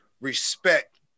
respect